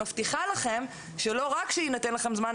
אני מבטיחה לכם שלא רק שיינתן לכם זמן,